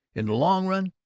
in the long run,